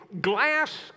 glass